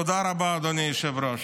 תודה רבה, אדוני היושב-ראש.